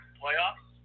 playoffs